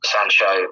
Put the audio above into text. Sancho